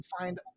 find